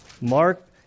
Mark